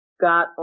Got